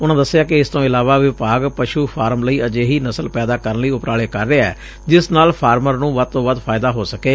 ਉਨਾਂ ਦਸਿਆ ਕਿ ਇਸ ਤੇਂ ਇਲਾਵਾ ਵਿਭਾਗ ਪਸੁ ਫਾਰਮ ਲਈ ਅਜਿਹੀ ਨਸਲ ਪੈਦਾ ਕਰਨ ਲਈ ਉਪਰਾਲੇ ਕਰ ਰਿਹੈ ਜਿਸ ਨਾਲ ਫਾਰਮਰ ਨੰ ਵੱਧ ਤੋਂ ਵੱਧ ਫਾਇਦਾ ਹੋ ਸਕੇ